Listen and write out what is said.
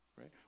Right